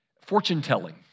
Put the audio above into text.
fortune-telling